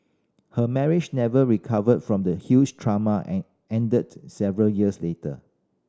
her marriage never recovered from the huge trauma and ended several years later